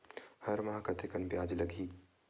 हर माह कतेकन ब्याज लगही?